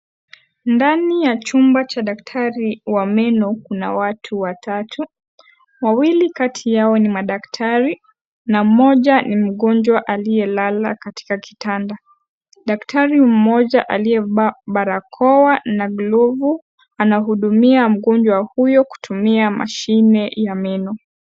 Ndani ya chumba cha daktari wa meno kuna watu watatu wawili kati yao ni madaktari na mmoja ni mgonjwa aliyelala katika kitanda, daktari mmoja aliyevaa barakoa na glovu anamhudumia mgonjwa huyo kutumia mashine ya meno.